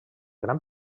gran